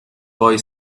boy